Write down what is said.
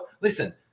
Listen